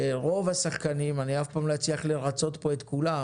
שרוב השחקנים אני אף פעם לא אצליח לרצות כאן את כולם